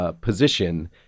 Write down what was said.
position